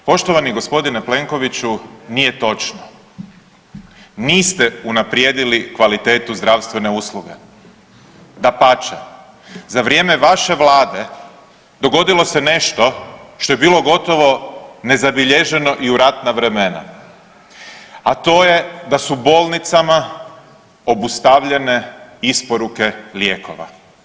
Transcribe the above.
Poštovani gospodine Plenkoviću nije točno, niste unaprijedili kvalitetu zdravstvene usluge dapače za vrijeme vaše Vlade dogodilo se nešto što je bilo gotovo i nezabilježeno i u ratna vremena, a to je da su bolnicama obustavljene isporuke lijekova.